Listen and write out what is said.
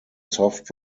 soft